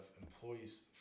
employees